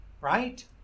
Right